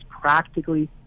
practically